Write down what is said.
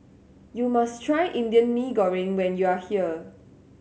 you must try Indian Mee Goreng when you are here